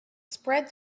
spread